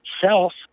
self